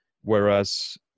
whereas